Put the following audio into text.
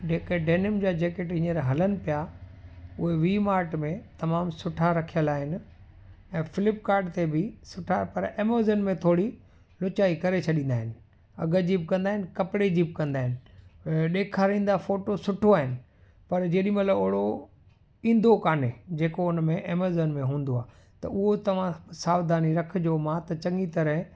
जेके डैनिम जा जैकेट हींअर हलनि पिया उहे वी मार्ट में तमामु सुठा रखियल आहिनि ऐं फ्लिपकार्ट ते बि सुठा पर एमेजॉन में थोरी विचाई करे छॾींदा आहिनि अघ जी बि कंदा आहिनि कपिड़े जी बि कंदा आहिनि ऐं ॾेखारींदा फ़ोटो सुठो आहिनि पर जेॾीमहिल ओड़ो ईंदो कान्हे जेको उन में एमेजॉन में हूंदो आहे त उहो तव्हां सावधानी रखिजो मां त चङी तरह